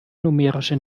numerische